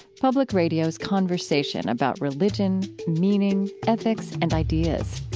public radio's conversation about religion, meaning, ethics, and ideas.